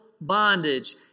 bondage